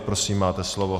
Prosím, máte slovo.